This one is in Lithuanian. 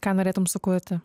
ką norėtumei sukurti